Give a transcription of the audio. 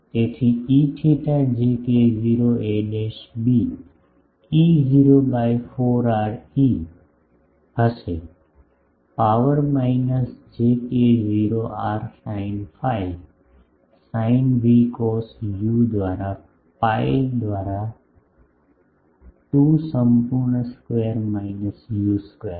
તેથી Eθ j k0 a b E0 by 4r e હશે power minus j k0r sin phi sine v cos u દ્વારા pi દ્વારા 2 સંપૂર્ણ square minus u square